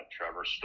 Trevor